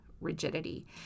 rigidity